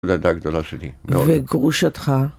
זאת הילדה הגדולה שלי. וגרושתך?